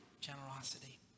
generosity